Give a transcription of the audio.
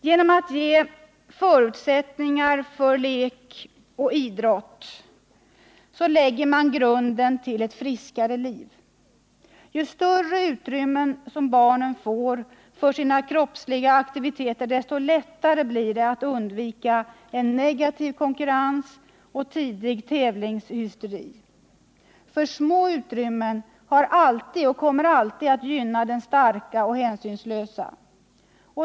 Genom att ge förutsättningar för lek och idrott lägger man grunden till ett friskare liv. Ju större utrymmen barnen får för sina kroppsliga aktiviteter, desto lättare blir det att undvika negativ konkurrens och tidig tävlingshysteri. För små utrymmen har alltid och kommer alltid att gynna den starka och hänsynslösa.